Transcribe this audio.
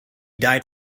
died